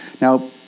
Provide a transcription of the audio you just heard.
Now